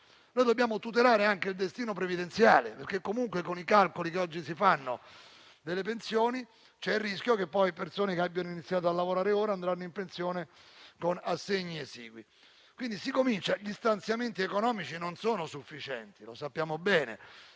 Dobbiamo tutelare anche il loro destino previdenziale, perché comunque, con i calcoli che oggi si fanno delle pensioni, c'è il rischio che persone che hanno iniziato a lavorare ora vadano in pensione con assegni esigui. Sappiamo bene che gli stanziamenti economici non sono sufficienti, ma si è